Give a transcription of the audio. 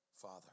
Father